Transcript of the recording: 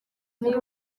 muri